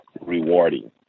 rewarding